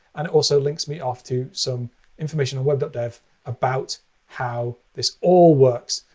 and it also links me off to some information on web dev about how this all works.